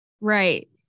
right